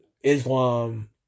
Islam